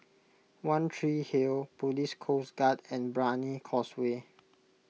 one Tree Hill Police Coast Guard and Brani Causeway